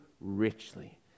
richly